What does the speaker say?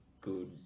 good